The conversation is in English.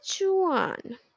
one